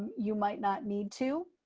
you might not need to.